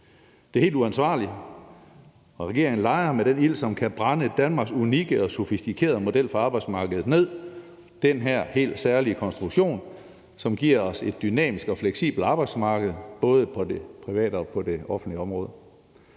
og Folketinget. Regeringen leger med den ild, som kan brænde Danmarks unikke og sofistikerede model for arbejdsmarkedet ned – den her helt særlige konstruktion, som giver os et dynamisk og fleksibelt arbejdsmarked, både på det private og det offentlige område.